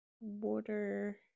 water